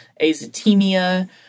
azotemia